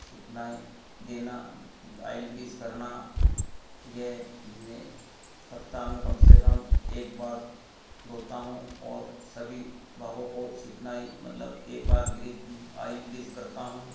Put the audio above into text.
चिकनाई देना oil grease करना यह मैं सप्ताह में कम से कम एक बार धोता हूँ ओर सभी भागों को चिकनाई मतलब एक बार ग्रीस आइल ग्रीस करता हूँ